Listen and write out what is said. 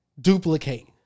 duplicate